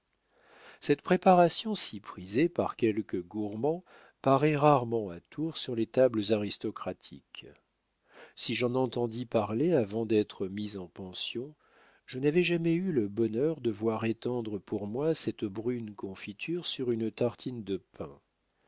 cette préparation si prisée par quelques gourmands paraît rarement à tours sur les tables aristocratiques si j'en entendis parler avant d'être mis en pension je n'avais jamais eu le bonheur de voir étendre pour moi cette brune confiture sur une tartine de pain